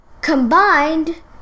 combined